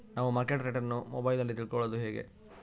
ನಾವು market rate ಅನ್ನು ಮೊಬೈಲಲ್ಲಿ ತಿಳ್ಕಳೋದು ಹೇಗೆ?